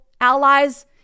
allies